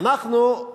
ואנחנו,